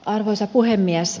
arvoisa puhemies